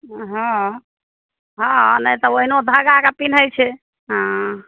हँ हँ नहि तऽ ओहेनो धागा के पिन्है छै हँ